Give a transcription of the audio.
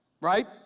right